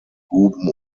guben